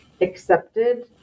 accepted